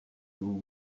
vous